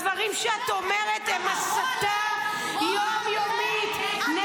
הדברים שאת אומרת הם הסתה יום-יומית -- כמה רוע לב.